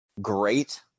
great